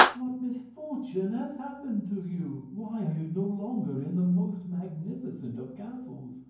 what misfortune has happened to you? why are you no longer in the most magnificent of castles?